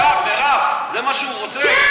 מירב, זה מה שהוא רוצה?